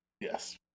Yes